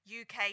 UK